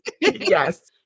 Yes